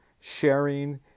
sharing